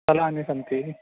स्थलानि सन्ति